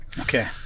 Okay